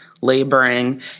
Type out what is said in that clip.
laboring